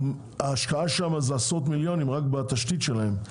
שההשקעה שם זה עשרות מיליונים רק בתשתית שלהם,